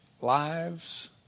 lives